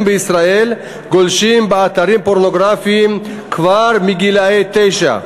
בישראל גולשים באתרים פורנוגרפיים כבר מגיל תשע.